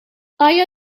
آیا